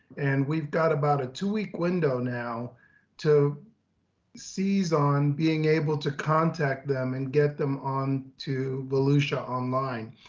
and we've got about a two week window now to seize on being able to contact them and get them on to volusia online.